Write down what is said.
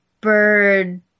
bird